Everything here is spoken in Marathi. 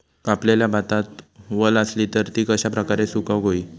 कापलेल्या भातात वल आसली तर ती कश्या प्रकारे सुकौक होई?